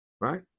Right